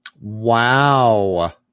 Wow